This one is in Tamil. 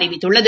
அறிவித்துள்ளது